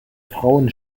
frauen